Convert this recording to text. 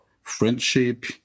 friendship